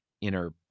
inner